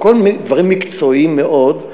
או כל מיני דברים מקצועיים מאוד,